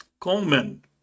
Coleman